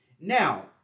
Now